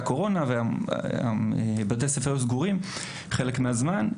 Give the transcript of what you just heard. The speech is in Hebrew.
קורונה ובתי הספר היו סגורים חלק מן הזמן.